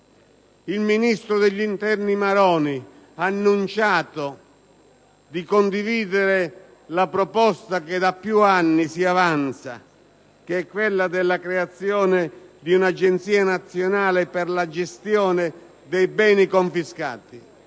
Il ministro dell'interno, Maroni, ha annunciato di condividere la proposta che da più anni si avanza, quella della creazione di un'agenzia nazionale per la gestione dei beni confiscati.